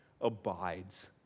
abides